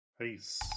Peace